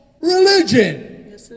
religion